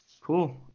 Cool